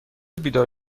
بیدار